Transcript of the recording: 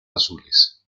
azules